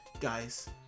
Guys